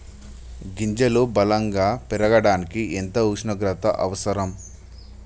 గింజలు బలం గా పెరగడానికి ఎంత ఉష్ణోగ్రత అవసరం?